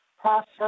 process